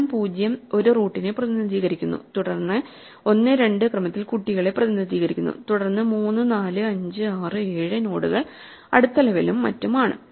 സ്ഥാനം 0 ഒരു റൂട്ടിനെ പ്രതിനിധീകരിക്കുന്നു തുടർന്ന് 1 2 ക്രമത്തിൽ കുട്ടികളെ പ്രതിനിധീകരിക്കുന്നു തുടർന്ന് 3 4 5 6 7 നോഡുകൾ അടുത്ത ലെവലും മറ്റും ആണ്